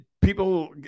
people